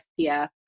SPF